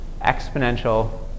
exponential